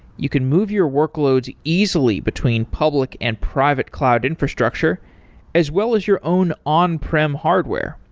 you can move your workloads easily between public and private cloud infrastructure as well as your own on-prim hardware.